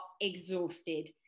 exhausted